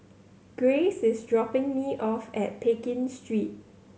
Grayce is dropping me off at Pekin Street